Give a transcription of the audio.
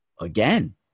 Again